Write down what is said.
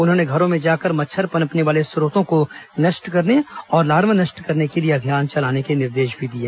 उन्होंने घरों में जाकर मच्छर पनपने वाले स्रोतों को नष्ट करने और लार्वा नष्ट करने के लिए अभियान चलाने के भी निर्देश दिए